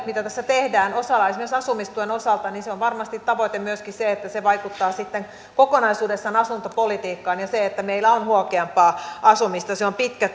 mitä tehdään esimerkiksi asumistuen osalta tavoite on varmasti myöskin se että se vaikuttaa kokonaisuudessaan asuntopolitiikkaan ja että meillä on huokeampaa asumista se on pitkä